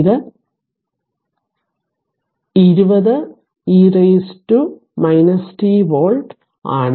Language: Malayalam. ഇത് 20 e t വോൾട്ട് ആണ്